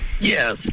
Yes